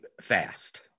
fast